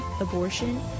abortion